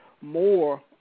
more